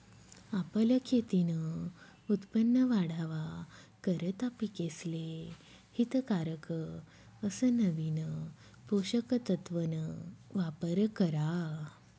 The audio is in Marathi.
आपलं खेतीन उत्पन वाढावा करता पिकेसले हितकारक अस नवीन पोषक तत्वन वापर करा